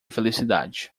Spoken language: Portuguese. felicidade